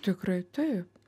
tikrai taip